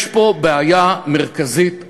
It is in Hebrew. יש פה בעיה מרכזית אחת,